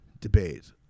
debate